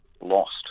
lost